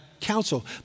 counsel